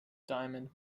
diamond